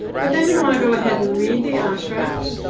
but then you want go ahead and read the abstract,